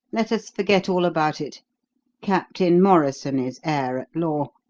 let us forget all about it captain morrison is heir-at-law,